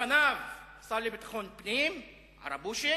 לפניו השר לביטחון פנים, "ערבושים".